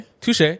Touche